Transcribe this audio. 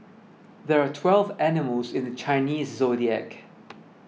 there are twelve animals in the Chinese zodiac